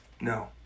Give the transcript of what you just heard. No